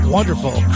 Wonderful